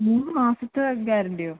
മൂന്ന് മാസത്തെ ഗ്യാരൻറിയോ